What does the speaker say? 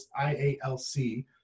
IALC